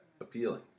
appealing